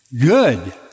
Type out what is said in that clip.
good